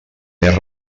més